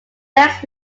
lex